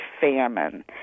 famine